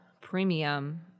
premium